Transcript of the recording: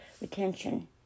retention